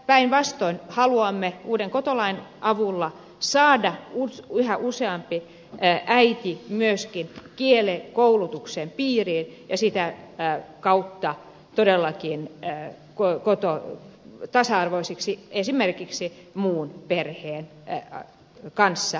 päinvastoin haluamme uuden kotouttamislain avulla saada yhä useamman äidin myöskin kielikoulutuksen piiriin ja sitä kautta todellakin tasa arvoisiksi esimerkiksi muun perheen kanssa